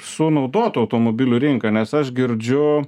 su naudotų automobilių rinka nes aš girdžiu